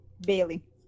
Bailey